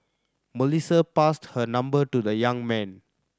Melissa passed her number to the young man